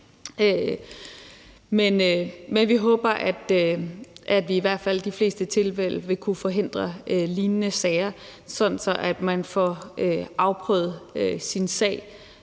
men vi håber, at vi i hvert fald i de fleste tilfælde vil kunne forhindre lignende sager, sådan at man får afprøvet sin sag.